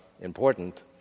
important